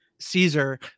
Caesar